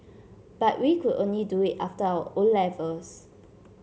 but we could only do it after our O levels